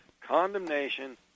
condemnation